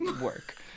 work